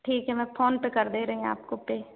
ठीक है मैं फोन पर कर दे रही हूँ आपको पे